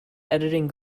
editing